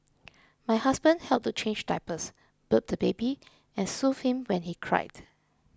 my husband helped to change diapers burp the baby and soothe him when he cried